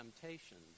temptations